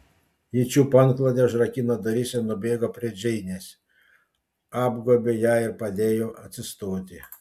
ji čiupo antklodę užrakino duris ir nubėgo prie džeinės apgobė ją ir padėjo atsistoti